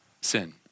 sin